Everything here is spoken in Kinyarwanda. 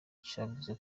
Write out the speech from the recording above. cavuze